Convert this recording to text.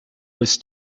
was